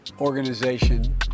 organization